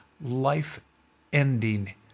life-ending